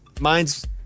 Mine's